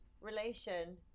Relation